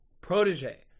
protege